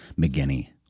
McGinney